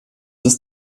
ist